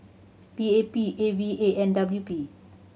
P A P A V A and W P